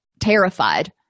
terrified